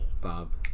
Bob